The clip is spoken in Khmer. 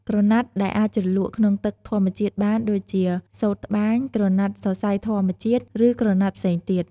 ក្រណាត់ដែលអាចជ្រលក់ ក្នុងទឹកធម្មជាតិបាន ដូចជា សូត្រត្បាញ ក្រណាត់សរសៃធម្មជាតិ ឬក្រណាត់ផ្សេងទៀត។